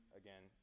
again